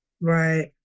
Right